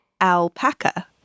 Alpaca